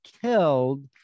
killed